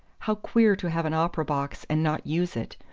how queer to have an opera-box and not use it!